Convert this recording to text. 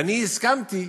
ואני הסכמתי,